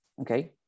Okay